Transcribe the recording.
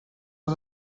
els